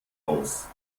aus